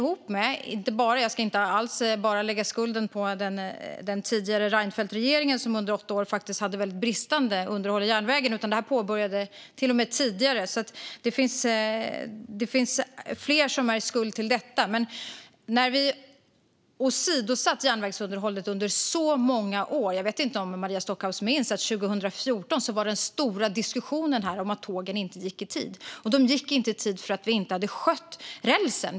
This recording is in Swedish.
Jag ska inte lägga skulden enbart på Reinfeldtregeringen, som under åtta år faktiskt hade väldigt bristande underhåll i järnvägen, utan detta började till och med tidigare. Det finns alltså fler som bär skuld i detta, men järnvägsunderhållet har åsidosatts under många år. Jag vet inte om Maria Stockhaus minns att den stora diskussionen 2014 handlade om att tågen inte gick i tid. De gick inte i tid därför att vi inte hade skött rälsen.